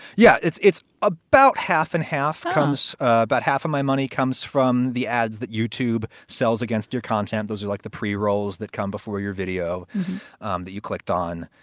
yeah, it's it's about half and half comes. about half of my money comes from the ads that youtube sells against your content. those are like the pre roles that come before your video um that you clicked on.